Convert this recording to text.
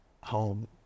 home